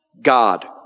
God